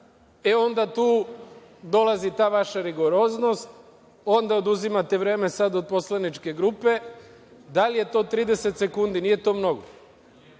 onda tu dolazi ta vaša rigoroznost, onda oduzimate vreme od poslaničke grupe. Da li je to 30 sekundi, nije to mnogo,